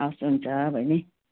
हस् हुन्छ बहिनी